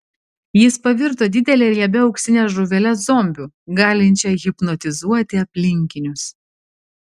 jis pavirto didele riebia auksine žuvele zombiu galinčia hipnotizuoti aplinkinius